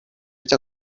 vita